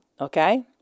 Okay